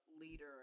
leader